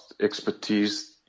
expertise